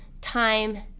time